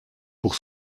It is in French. pour